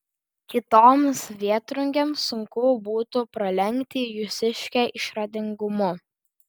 kitoms vėtrungėms sunku būtų pralenkti jūsiškę išradingumu